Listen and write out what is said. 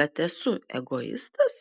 kad esu egoistas